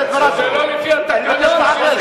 זה לא לפי התקנון,